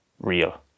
real